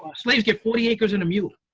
slaves get forty acres and a mule.